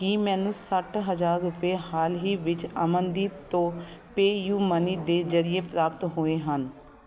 ਕੀ ਮੈਨੂੰ ਸੱਠ ਹਜ਼ਾਰ ਰੁਪਏ ਹਾਲ ਹੀ ਵਿੱਚ ਅਮਨਦੀਪ ਤੋਂ ਪੇਯੂ ਮਨੀ ਦੇ ਜਰੀਏ ਪ੍ਰਾਪਤ ਹੋਏ ਹਨ